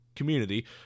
community